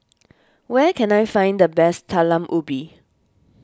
where can I find the best Talam Ubi